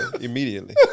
immediately